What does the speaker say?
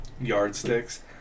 yardsticks